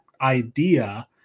idea